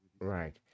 Right